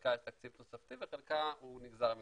שחלקה תקציב תוספתי וחלקה נגזר מ-922,